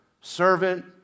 servant